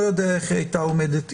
לא יודע איך היא הייתה עומדת.